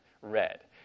red